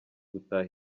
gutaha